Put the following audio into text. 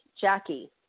Jackie